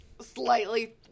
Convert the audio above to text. slightly